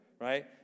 right